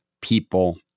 people